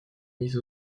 mise